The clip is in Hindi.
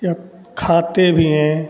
या खाते भी हैं